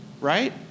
Right